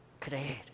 creer